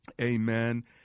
amen